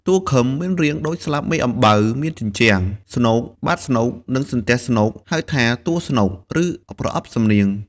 តួឃឹមមានរាងដូចស្លាបមេអំបៅមានជញ្ជាំង ស្នូក បាតស្នូក និងសន្ទះស្នូកហៅថាតួស្នូក ឬប្រអប់សំនៀង។